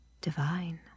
divine